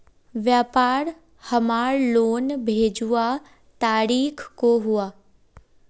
व्यापार हमार लोन भेजुआ तारीख को हुआ?